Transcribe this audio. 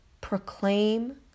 proclaim